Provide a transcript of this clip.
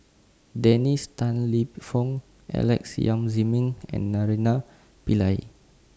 Dennis Tan Lip Fong Alex Yam Ziming and Naraina Pillai